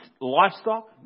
livestock